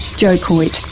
joe coyte.